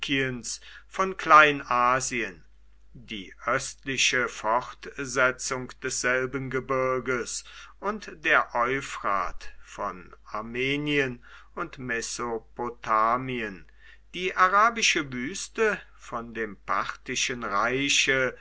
von kleinasien die östliche fortsetzung desselben gebirges und der euphrat von armenien und mesopotamien die arabische wüste von dem parthischen reiche